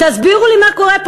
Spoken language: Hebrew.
תסבירו לי מה קורה פה.